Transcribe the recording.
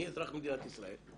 אני אזרח מדינת ישראל.